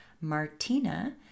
martina